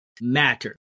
matter